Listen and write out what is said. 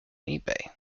ebay